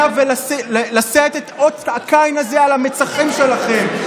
ולשאת את אות הקין הזה על המצחים שלכם.